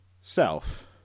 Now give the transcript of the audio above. self